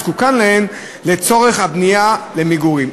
הזקוקה להם לצורך הבנייה למגורים.